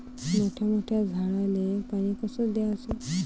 मोठ्या मोठ्या झाडांले पानी कस द्याचं?